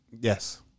Yes